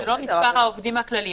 זה לא מספר העובדים הכללי.